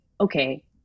okay